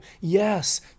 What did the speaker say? Yes